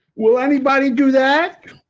well, anybody do that.